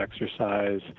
exercise